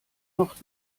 noch